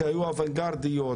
שהיו אוונגרדיות,